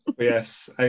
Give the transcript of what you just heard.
Yes